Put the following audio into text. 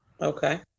Okay